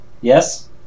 Yes